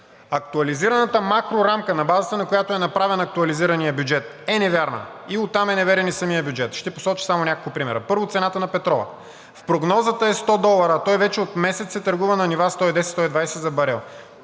Актуализираната макрорамка – на базата, на която е направен актуализираният бюджет, е невярна, и оттам е неверен и самият бюджет. Ще посоча само няколко примера. Първо, цената на петрола. В прогнозата е 100 долара, а той вече от месец се търгува на нива 110 – 120 за барел.